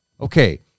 Okay